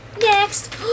Next